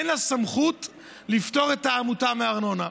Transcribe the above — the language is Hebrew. אין לה סמכות לפטור את העמותה מארנונה.